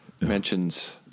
mentions